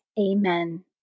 Amen